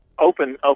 open